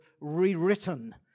rewritten